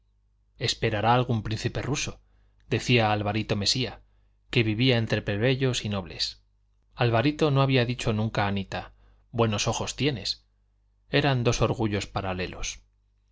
esperará algún príncipe ruso decía alvarito mesía que vivía entre plebeyos y nobles alvarito no había dicho nunca a anita buenos ojos tienes eran dos orgullos paralelos